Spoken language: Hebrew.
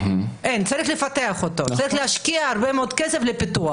צריך לפתח אותו וצריך להשקיע הרבה מאוד כסף בפיתוח.